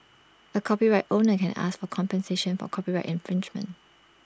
A copyright owner can ask for compensation for copyright infringement